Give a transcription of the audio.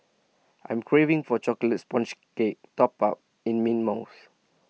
I'm craving for Chocolate Sponge Cake Topped in Mint Mousse